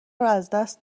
ازدست